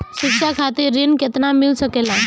शिक्षा खातिर ऋण केतना मिल सकेला?